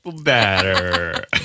better